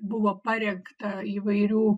buvo parengta įvairių